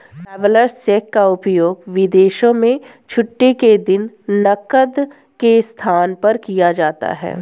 travellers cheque का उपयोग विदेशों में छुट्टी के दिन नकद के स्थान पर किया जाता है